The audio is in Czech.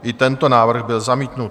I tento návrh byl zamítnut.